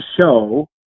show